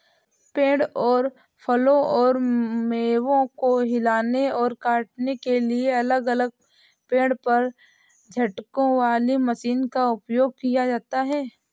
पेड़ से फलों और मेवों को हिलाने और काटने के लिए अलग अलग पेड़ पर झटकों वाली मशीनों का उपयोग किया जाता है